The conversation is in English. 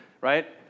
right